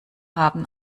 haben